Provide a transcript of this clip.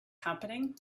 happening